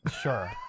Sure